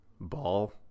ball